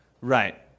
Right